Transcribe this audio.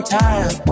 time